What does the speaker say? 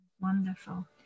wonderful